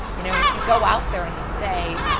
you know, if you go out there and you say,